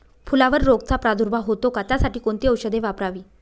फुलावर रोगचा प्रादुर्भाव होतो का? त्यासाठी कोणती औषधे वापरावी?